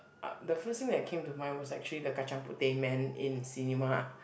ah the first thing that came to mind was actually the kacang-Puteh man in cinema